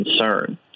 concern